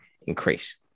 increase